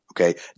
okay